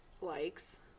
likes